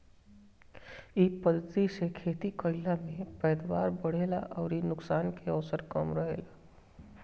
इ पद्धति से खेती कईला में पैदावार बढ़ेला अउरी नुकसान के अवसर कम रहेला